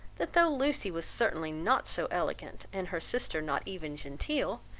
that though lucy was certainly not so elegant, and her sister not even genteel,